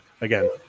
Again